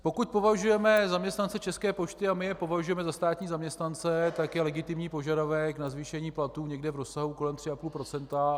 Pokud považujeme zaměstnance České pošty, a my je považujeme, za státní zaměstnance, je legitimní požadavek na zvýšení platů někde v rozsahu kolem 3,5 %.